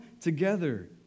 together